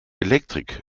elektrik